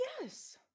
yes